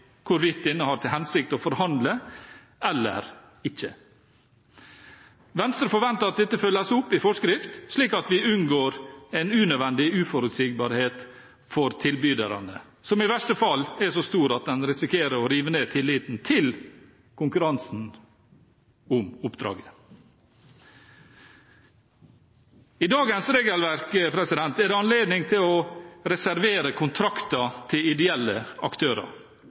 hvorvidt denne har til hensikt å forhandle eller ikke. Venstre forventer at dette følges opp i forskrift, slik at vi unngår en unødvendig uforutsigbarhet for tilbyderne, en usikkerhet som i verste fall er så stor at en risikerer å rive ned tilliten til konkurransen om oppdraget. I dagens regelverk er det anledning til å reservere kontrakter til ideelle aktører